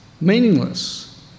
meaningless